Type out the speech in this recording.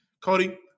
Cody